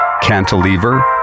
cantilever